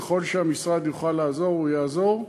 ככל שהמשרד יוכל לעזור הוא יעזור.